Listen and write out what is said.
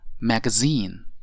magazine